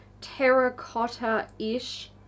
terracotta-ish